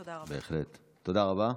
תודה רבה.